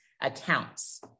accounts